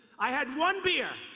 i had one beer,